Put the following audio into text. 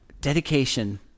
Dedication